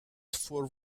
for